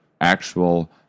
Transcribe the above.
actual